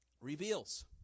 reveals